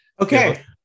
okay